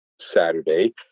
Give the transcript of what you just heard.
Saturday